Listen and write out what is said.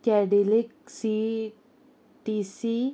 कॅडलिक C T C